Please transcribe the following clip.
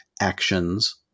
actions